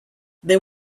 they